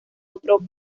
otro